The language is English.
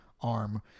arm